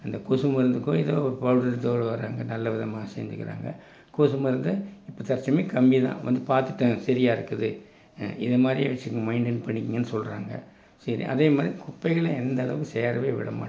அந்த கொசு மருந்துக்கோ எதோ பவுடரு நல்ல விதமாக செஞ்சிக்கிறாங்க கொசு மருந்தை இப்போ தர்ச்சமையம் கம்மி தான் வந்து பார்த்துட்டேன் சரியா இருக்குது இது மாதிரியே வச்சுக்கங்க மெயின்டைன் பண்ணிக்கோங்கன்னு சொல்லுறாங்க சரி அதே மாதிரி குப்பைகளை எந்த அளவு சேரவே விட மாட்டோம்